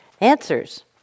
answers